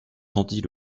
tendit